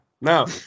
No